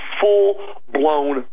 full-blown